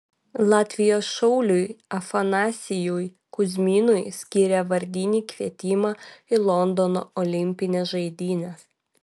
latvijos šauliui afanasijui kuzminui skyrė vardinį kvietimą į londono olimpines žaidynes